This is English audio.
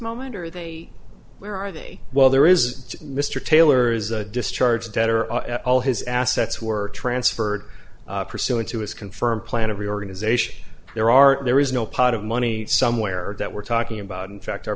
moment are they where are they while there is mr taylor's discharge debt or are all his assets were transferred pursuant to his confirmed plan of reorganization there are there is no pot of money somewhere that we're talking about in fact our